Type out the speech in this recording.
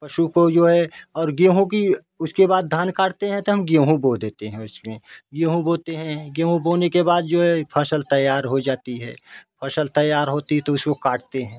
पशु को जो है गेहूँ की उसके बाद धान काटते है तो हम गेहूँ बो देते है उसमें गेहूँ बोते है गेहूँ बोने के बाद जो है फसल तैयार हो जाती है फसल तैयार होती तो उसको काटते हैं